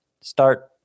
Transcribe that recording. start